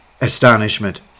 astonishment